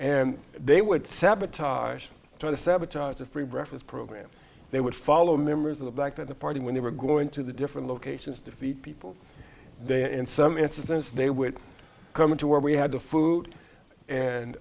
and they would sabotage try to sabotage the free breakfast program they would follow members of the back of the party when they were going to the different locations defeat people there in some instances they would come to where we had the food and